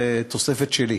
זה תוספת שלי,